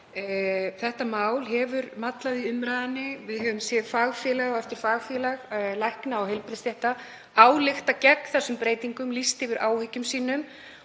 Þetta mál hefur mallað í umræðunni. Við höfum séð fagfélag eftir fagfélag lækna og heilbrigðisstétta álykta gegn þessum breytingum, lýst yfir áhyggjum sínum